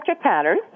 pattern